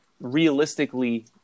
realistically